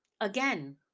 again